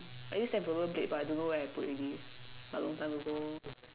I used to have a rollerblade but I don't where I put already but long time ago